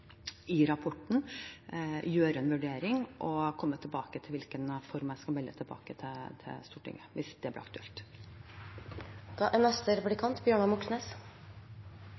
i rapporten, gjøre en vurdering og komme tilbake til i hvilken form jeg skal melde tilbake til Stortinget hvis det blir